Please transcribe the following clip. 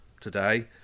today